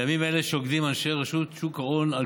בימים אלה שוקדים אנשי רשות שוק ההון על